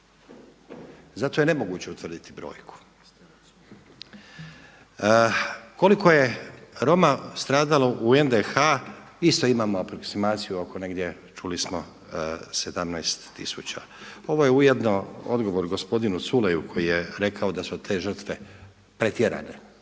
Zato je nemoguće utvrditi brojku. Kliko je Roma stradalo u NDH isto imamo aproksimaciju negdje čuli smo 17 tisuća. Ovo je ujedno odgovor gospodinu Culeju koji je rekao da su te žrtve pretjerane